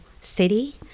city